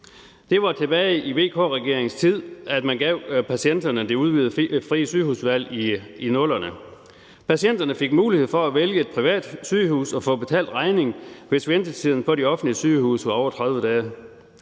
Det var tilbage i VK-regeringens tid, at man gav patienterne det udvidede frie sygehusvalg i 00'erne. Patienterne fik mulighed for at vælge et privat sygehus og få betalt regningen, hvis ventetiden på de offentlige sygehuse var over 30 dage.